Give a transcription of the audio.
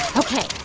ok,